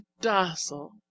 docile